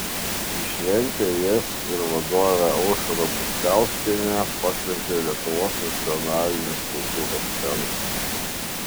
į šventę jas ir vadovę aušrą butkauskienę pakvietė lietuvos nacionalinis kultūros centras